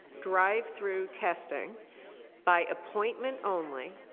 drive-thru testing by appointment only,